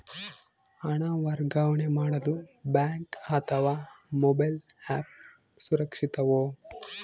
ಹಣ ವರ್ಗಾವಣೆ ಮಾಡಲು ಬ್ಯಾಂಕ್ ಅಥವಾ ಮೋಬೈಲ್ ಆ್ಯಪ್ ಸುರಕ್ಷಿತವೋ?